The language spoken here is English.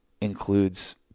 includes